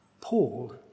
Paul